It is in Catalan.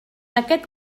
aquest